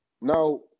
now